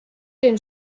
den